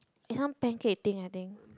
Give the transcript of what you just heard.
it's some pancake thing I think